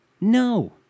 No